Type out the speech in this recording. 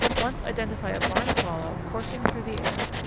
once identify a barn swallow coursing through the air,